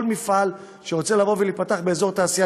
כל מפעל שרוצים לפתוח באזור תעשייה,